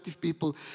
people